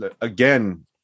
again